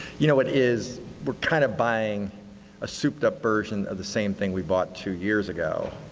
you know, it is we are kind of buying a souped-up version of the same thing we bought two years ago,